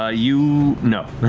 ah you, know